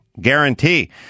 Guarantee